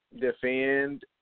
defend